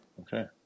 Okay